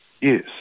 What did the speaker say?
yes